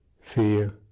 fear